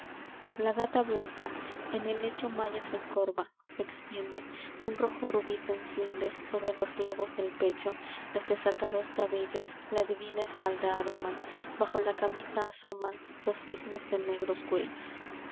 la gata blanca en el lecho maya se encorva se extiende un rojo rubí se enciende sobre los globos del pecho los desatados cabellos la divina espalda aroman bajo la camisa asoman dos cisnes de negros cuellos